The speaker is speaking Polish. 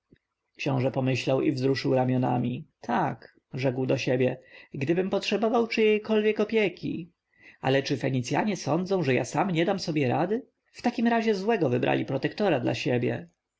książę pomyślał i wzruszył ramionami tak rzekł do siebie gdybym potrzebował czyjejkolwiek opieki ale czy fenicjanie sądzą że ja sam nie dam sobie rady w takim razie złego wybrali protektora dla siebie